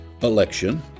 election